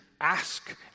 ask